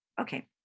Okay